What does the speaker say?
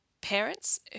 parents